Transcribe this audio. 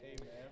Amen